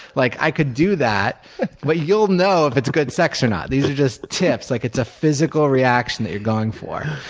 like i could do that but you'll know if it's good sex or not. these are just tips. like it's the ah physical reaction that you're going for.